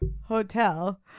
hotel